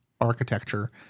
architecture